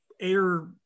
air